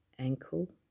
ankle